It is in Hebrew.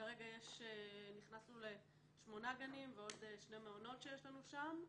כרגע נכנסנו לשמונה גנים ועוד שני מעונות שיש לנו שם.